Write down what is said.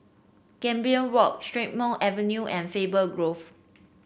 Gambir Walk Strathmore Avenue and Faber Grove